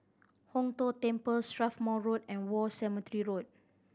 Hong Tho Temple Strathmore Road and War Cemetery Road